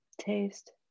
Taste